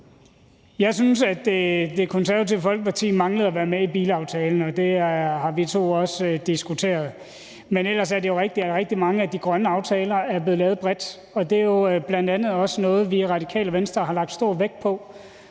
Jeg synes, at Det Konservative Folkeparti mangler at være med i bilaftalen. Det har vi to også diskuteret. Men ellers er det jo rigtigt, at rigtig mange af de grønne aftaler er blevet lavet bredt. Det er bl.a. også noget, som vi i Radikale Venstre har lagt stor vægt på,